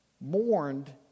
mourned